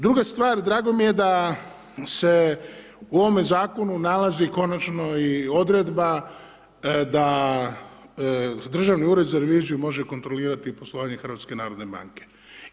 Druga stvar, drago mi je da se u ovome Zakonu nalazi konačno i odredba da Državni ured za reviziju može kontrolirati poslovanje HNB-a.